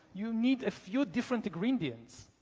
you need a few different ingredients.